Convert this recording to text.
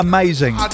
Amazing